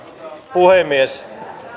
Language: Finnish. puhemies